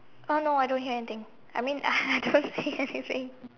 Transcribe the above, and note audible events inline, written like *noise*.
uh no I don't hear anything I mean *laughs* I don't hear anything